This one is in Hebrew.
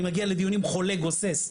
אני מגיע לדיונים חולה, גוסס,